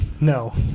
No